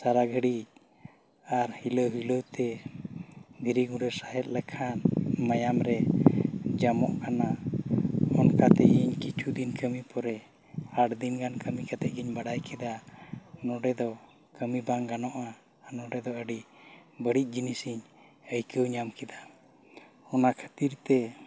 ᱥᱟᱨᱟ ᱜᱷᱟᱹᱲᱤ ᱟᱨ ᱦᱤᱞᱟᱹᱣ ᱦᱤᱞᱟᱹᱣ ᱛᱮ ᱫᱷᱤᱨᱤ ᱜᱩᱰᱟᱹ ᱥᱟᱦᱮᱫ ᱞᱮᱠᱷᱟᱱ ᱢᱟᱭᱟᱢᱨᱮ ᱡᱟᱢᱚᱜ ᱠᱟᱱᱟ ᱚᱱᱠᱟ ᱛᱮ ᱤᱧ ᱠᱤᱪᱷᱩ ᱫᱤᱱ ᱠᱟᱹᱢᱤ ᱯᱚᱨᱮ ᱟᱴ ᱫᱤᱱᱜᱟᱱ ᱠᱟᱹᱢᱤ ᱠᱟᱛᱮᱜᱮᱧ ᱵᱟᱰᱟᱭ ᱠᱮᱫᱟ ᱱᱚᱸᱰᱮ ᱫᱚ ᱠᱟᱹᱢᱤ ᱵᱟᱝ ᱜᱟᱱᱚᱜᱼᱟ ᱟᱨ ᱱᱚᱸᱰᱮ ᱫᱚ ᱟᱹᱰᱤ ᱵᱟᱹᱲᱤᱡ ᱡᱤᱱᱤᱥ ᱤᱧ ᱟᱹᱭᱠᱟᱹᱣ ᱧᱟᱢ ᱠᱮᱫᱟ ᱚᱱᱟ ᱠᱷᱟᱹᱛᱤᱨ ᱛᱮ